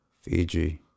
Fiji